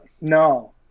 No